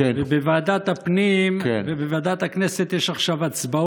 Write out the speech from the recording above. ובוועדת הפנים ובוועדת הכנסת יש עכשיו הצבעות.